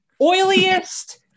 Oiliest